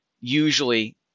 Usually